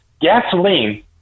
gasoline